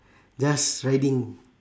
just riding